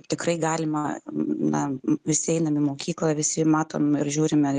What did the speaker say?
tikrai galima na visi einam į mokyklą visi matom ir žiūrime